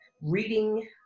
reading